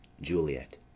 Juliet